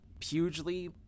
hugely